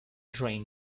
drink